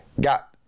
got